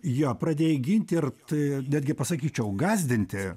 jo pradėjai ginti ir t netgi pasakyčiau gąsdinti